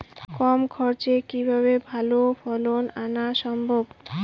কম খরচে কিভাবে ভালো ফলন আনা সম্ভব?